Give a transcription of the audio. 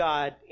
God